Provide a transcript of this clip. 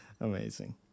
Amazing